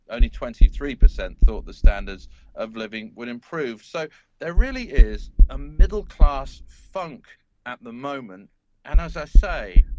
only twenty three percent thought the standards of living would improve. so there really is a middle-class funk at the moment and, as i say,